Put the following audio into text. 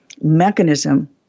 mechanism